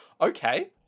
Okay